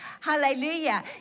Hallelujah